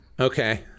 Okay